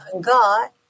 God